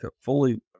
fully